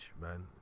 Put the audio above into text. man